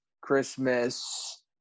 Christmas